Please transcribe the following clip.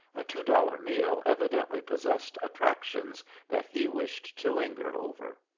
a two-dollar meal evidently possessed attractions that he wished to linger over.